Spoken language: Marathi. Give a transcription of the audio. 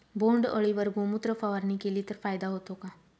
बोंडअळीवर गोमूत्र फवारणी केली तर फायदा होतो का?